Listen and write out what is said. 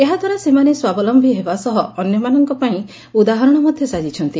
ଏହା ଦ୍ୱାରା ସେମାନେ ସ୍ୱାବଲମ୍ୟୀ ହେବା ସହ ଅନ୍ୟମାନଙ୍କ ପାଇଁ ଉଦାହରଣ ମଧ ସାଜିଛନ୍ତି